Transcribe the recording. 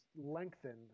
lengthen